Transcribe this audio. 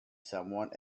someone